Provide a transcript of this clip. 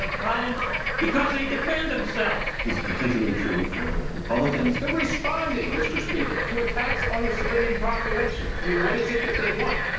ah problems because they defend themselves! this is particularly true for republicanso theyire but responding, mr. speaker, to attacks on their civilian population. i mean, what is it that they want?